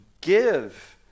give